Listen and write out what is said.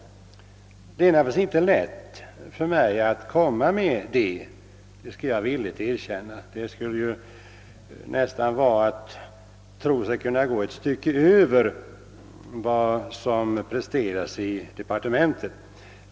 Det är väl inte så lätt för mig att lägga fram några förslag i detta avseende — det skulle ju nästan innebära att jag trodde mig kunna göra mera än vad man presterar inom departementet.